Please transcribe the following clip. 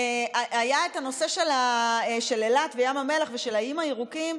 כשהיה את הנושא של אילת וים המלח ושל האיים הירוקים,